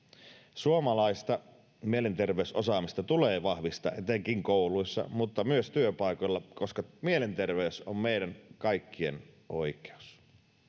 suomalaista mielenterveysosaamista tulee vahvistaa etenkin kouluissa mutta myös työpaikoilla koska mielenterveys on meidän kaikkien oikeus